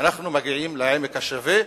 אנחנו מגיעים לעמק השווה,